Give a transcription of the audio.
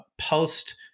post